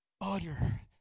Utter